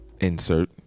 Insert